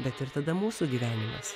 bet ir tada mūsų gyvenimas